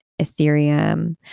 Ethereum